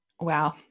Wow